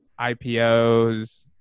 IPOs